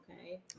Okay